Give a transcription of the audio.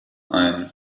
ein